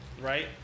Right